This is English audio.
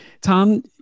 tom